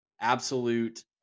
Absolute